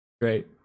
Great